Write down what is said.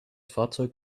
fahrzeug